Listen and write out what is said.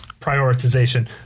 prioritization